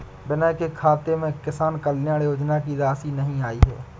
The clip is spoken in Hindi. विनय के खाते में किसान कल्याण योजना की राशि नहीं आई है